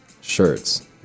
shirts